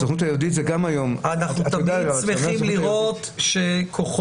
הסוכנות היהודית זה גם היום --- אנחנו תמיד שמחים לראות שכוחות